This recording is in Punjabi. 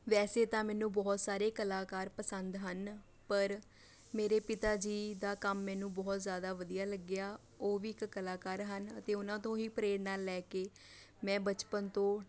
ਵੈਸੇ ਤਾਂ ਮੈਨੂੰ ਬਹੁਤ ਸਾਰੇ ਕਲਾਕਾਰ ਪਸੰਦ ਹਨ ਪਰ ਮੇਰੇ ਪਿਤਾ ਜੀ ਦਾ ਕੰਮ ਮੈਨੂੰ ਬਹੁਤ ਜ਼ਿਆਦਾ ਵਧੀਆ ਲੱਗਿਆ ਉਹ ਵੀ ਇੱਕ ਕਲਾਕਾਰ ਹਨ ਅਤੇ ਉਹਨਾਂ ਤੋਂ ਹੀ ਪ੍ਰੇਰਨਾ ਲੈ ਕੇ ਮੈਂ ਬਚਪਨ ਤੋਂ